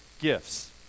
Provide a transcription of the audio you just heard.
gifts